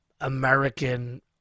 American